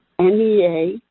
NEA